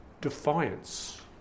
defiance